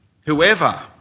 Whoever